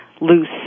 loose